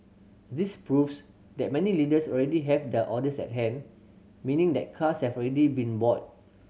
this proves that many dealers already have their orders at hand meaning that cars have already been bought